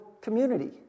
community